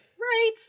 Right